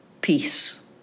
peace